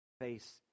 face